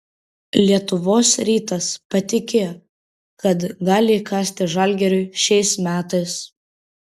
lietuvos rytas patikėjo kad gali įkasti žalgiriui šiais metais